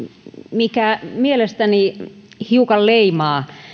mikä mielestäni hiukan leimaa